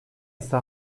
ise